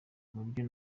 kuburyo